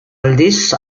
aldiz